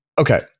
okay